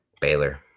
baylor